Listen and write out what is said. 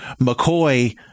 McCoy